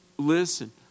Listen